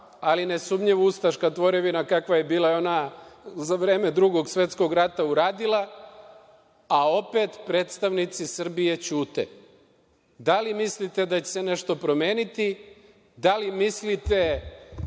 ali nesumnjivo ustaška tvorevina kakva je bila ona za vreme Drugog svetskog rata, uradila, a opet predstavnici Srbije ćute. Da li mislite da će se nešto promeniti? Da li mislite